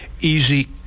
easy